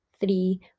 three